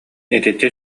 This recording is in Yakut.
итиччэ